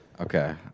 Okay